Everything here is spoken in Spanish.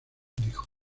dijo